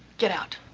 get out